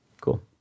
cool